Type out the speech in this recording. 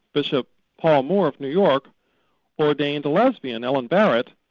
bishop paul moore of new york ordained a lesbian, ellen barrett,